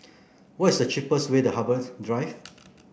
what is the cheapest way to Harbour's Drive